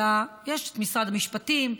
אלא יש את משרד המשפטים,